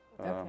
Okay